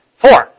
four